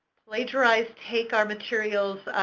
plagiarize, take our materials.